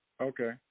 Okay